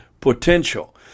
potential